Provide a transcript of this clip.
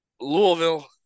Louisville